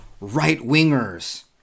right-wingers